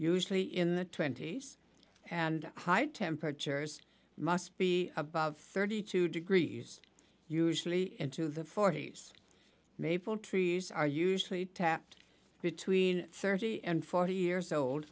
usually in the twenty's and high temperatures must be above thirty two degrees usually into the forty's maple trees are usually tapped between thirty and forty years old